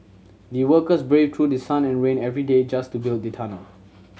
the workers braved through the sun and rain every day just to build the tunnel